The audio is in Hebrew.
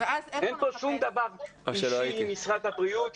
אין פה שום דבר אישי עם משרד הבריאות.